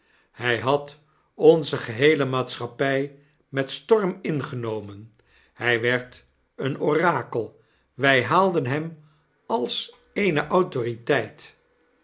hy had onze geheele maatschappy met storm ingenomen hy werdeen orakel wy haalden hem als eene autoriteit